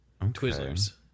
Twizzlers